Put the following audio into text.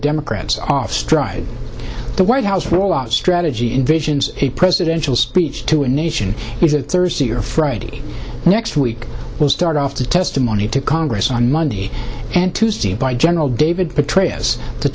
democrats off stride the white house will offer strategy in visions a presidential speech to a nation is it thursday or friday next week will start off the testimony to congress on monday and tuesday by general david petraeus t